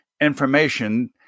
information